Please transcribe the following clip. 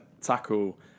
tackle